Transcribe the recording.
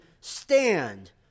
stand